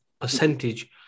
percentage